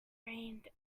rained